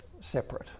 separate